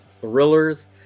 thrillers